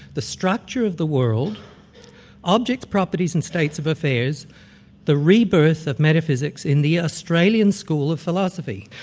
the structure of the world objects, properties and states of affairs the rebirth of metaphysics in the australian school of philosophy.